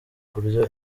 kurya